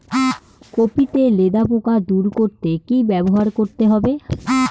Copy তে লেদা পোকা দূর করতে কি ব্যবহার করতে হবে?